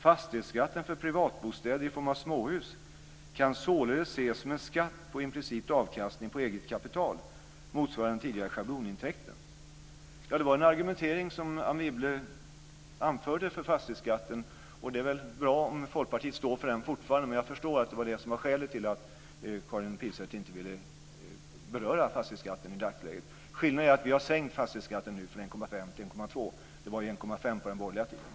Fastighetsskatten för privatbostäder i form av småhus kan således ses som en skatt på, i princip, avkastning på eget kapital motsvarande den tidigare schablonintäkten. Det var en argumentering som Anne Wibble anförde för fastighetsskatten. Det är väl bra om Folkpartiet fortfarande står för den. Jag förstår att det är skälet till att det är skälet till att Karin Pilsäter i dagsläget inte ville beröra fastighetsskatten. Skillnaden är att vi nu har sänkt fastighetsskatten från 1,5 % till 1,2 %- det var ju 1,5 % under den borgerliga tiden.